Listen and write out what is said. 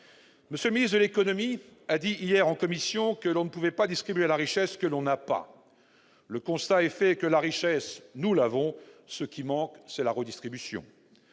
M. le ministre de l'économie a dit hier en commission : on ne peut pas distribuer la richesse que l'on n'a pas. Le constat est fait que la richesse, nous l'avons. Ce qui manque, c'est la redistribution